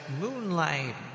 Moonlight